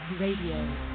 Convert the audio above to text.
Radio